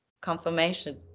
Confirmation